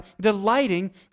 delighting